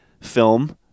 film